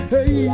Hey